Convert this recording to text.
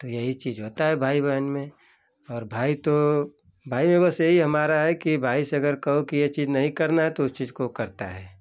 तो यही चीज होता है भाई बहन में और भाई तो भाई में बस यही हमारा है कि भाई से अगर कहो कि ये चीज नहीं करना है तो उस चीज़ को वो करता है